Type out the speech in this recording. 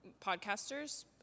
podcasters